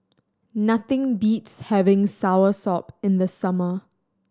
nothing beats having soursop in the summer